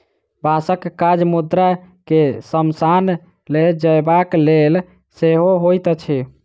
बाँसक काज मुर्दा के शमशान ल जयबाक लेल सेहो होइत अछि